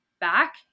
back